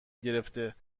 گرفته